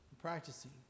practicing